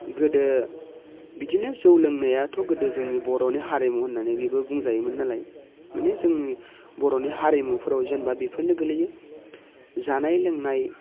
गोदो बिदिनो जौ लोंनायाथ' गोदो जोंनि बर'नि हारिमु होननानै बेबो बुंजायोमोननालाय माने जोंनि बर'नि हारिमुफोराव जेनोबा बेफोरनो गोग्लैयो जानाय लोंनाय